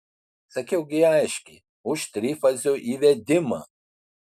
sakiau gi aiškiai už trifazio įvedimą